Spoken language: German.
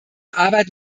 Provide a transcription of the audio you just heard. arbeit